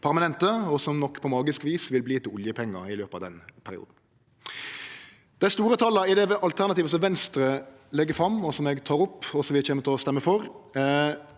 og som nok på magisk vis vil verte til oljepengar i løpet av den perioden. Dei store tala i det alternativet som Venstre legg fram, og som eg tek opp, og som vi kjem til å stemme for,